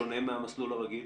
שונה מהמסלול הרגיל?